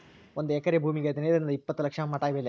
ಒಂದ ಎಕರೆ ಭೂಮಿಗೆ ಹದನೈದರಿಂದ ಇಪ್ಪತ್ತ ಲಕ್ಷ ಮಟಾ ಬೆಲೆ